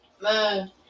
Man